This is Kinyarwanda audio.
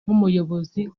nk’umuyobozi